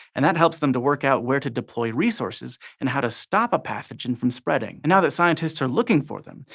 and that helps them to work out where to deploy resources, and how to stop a pathogen from spreading. and now that scientists are looking for them,